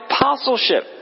apostleship